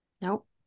Nope